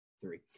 three